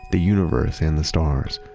the universe and the stars,